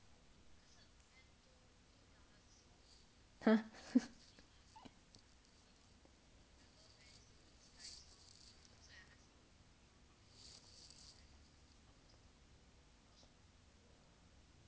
!huh!